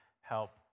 help